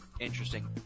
interesting